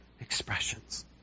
expressions